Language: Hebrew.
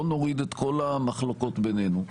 בוא נוריד את כל המחלוקות בינינו,